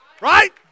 Right